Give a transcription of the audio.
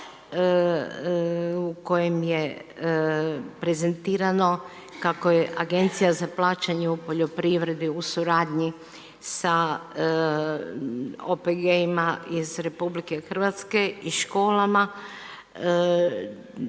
u kojem je prezentirano kako je Agencija za plaćanje u poljoprivredi u suradnji sa OPG-ima iz RH i školama